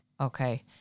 Okay